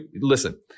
listen